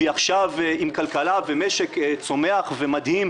והיא עכשיו עם כלכלה ומשק צומח ומדהים,